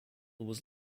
was